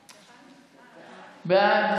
בעד,